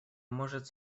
может